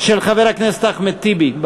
של חבר הכנסת אחמד טיבי,